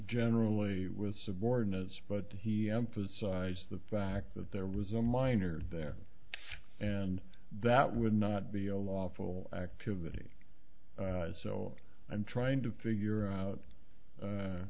generally with subordinates but he emphasized the fact that there was a minor there and that would not be a lawful activity so i'm trying to figure out